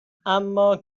اما